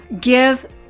give